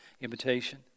invitation